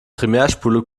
primärspule